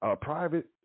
Private